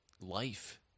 life